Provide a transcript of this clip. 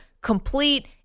complete